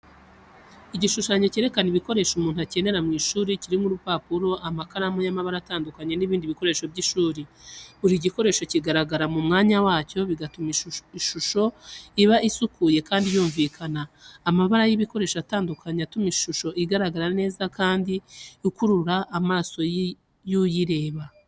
Igishushanyo cyerekana ibikoresho umuntu akenera mu ishuri, kirimo urupapuro, amakaramu y'amabara atandukanye n'ibindi bikoresho by'ishuri. Buri gikoresho kigaragara mu mwanya wacyo, bigatuma ishusho iba isukuye kandi yumvikana. Amabara y'ibikoresho atandukanye atuma ishusho igaragara neza kandi ikurura amaso yuyireba.